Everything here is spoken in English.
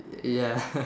eh ya